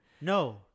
No